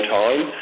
time